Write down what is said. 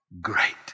great